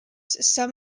some